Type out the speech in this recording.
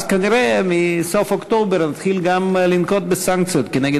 אז כנראה מסוף אוקטובר נתחיל גם לנקוט סנקציות כנגד